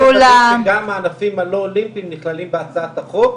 תוודאי שגם הענפים הלא אולימפיים נכללים בהצעת החוק,